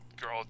girl